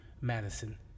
Madison